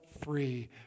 free